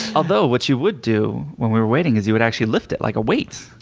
although what you would do, while we were waiting, is you would actually lift it like a weight.